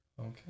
Okay